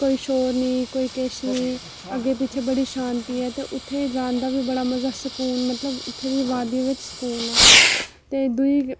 कोई शोर नेईं कोई किश नेईं अग्गें पिच्छें बड़ी शांती ऐ ते उत्थै जान दा बी बड़ा मजा सकून मतलब उत्थै दी वादियें बिच्च सकून ऐ ते दूई